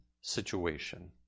situation